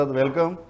welcome